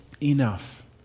enough